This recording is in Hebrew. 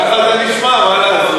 ככה זה נשמע, מה לעשות.